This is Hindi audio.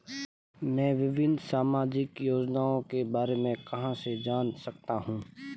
मैं विभिन्न सामाजिक योजनाओं के बारे में कहां से जान सकता हूं?